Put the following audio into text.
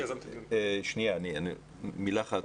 מילה אחת.